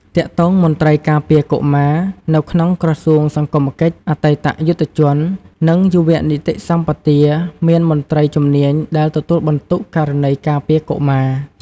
ទាក់ទងមន្រ្តីការពារកុមារ នៅក្នុងក្រសួងសង្គមកិច្ច អតីតយុទ្ធជន និងយុវនីតិសម្បទា មានមន្រ្តីជំនាញដែលទទួលបន្ទុកករណីការពារកុមារ។